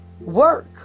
work